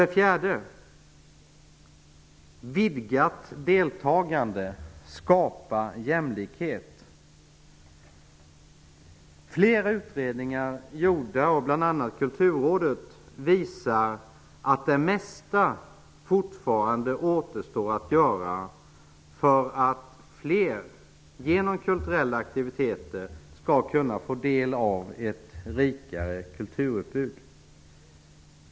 Vi vill vidga deltagandet och skapa jämlikhet. Flera utredningar, gjorda av bl.a. Kulturrådet, visar att det mesta fortfarande återstår att göra för att fler genom kulturella aktiviteter skall kunna få del av ett rikare kulturutbud.